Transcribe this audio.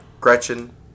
Gretchen